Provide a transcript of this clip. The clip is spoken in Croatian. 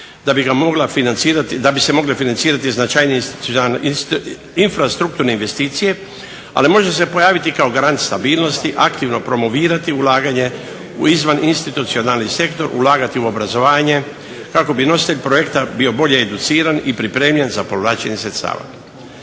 da bi se mogle financirati značajnije infrastrukturne investicije ali može se pojaviti kao grand stabilnosti, aktivno promovirati ulaganje u izvan institucionalni sektor, ulagati u obrazovanje kako bi nositelj projekta bio bolje educiran i pripremljen za povlačenje sredstava.